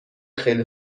خیلی